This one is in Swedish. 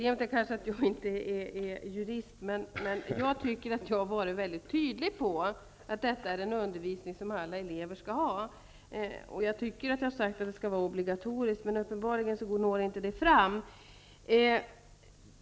Fru talman! Jag är inte jurist, men jag tycker att jag har varit väldigt tydlig och att sexual och samlevnadsundervisning är något som alla elever skall ha rätt till. Jag tycker att jag har sagt att den skall vara obligatorisk. Uppenbarligen når budskapet inte fram.